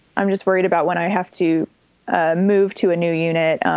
i'm just worried about when i have to ah move to a new unit,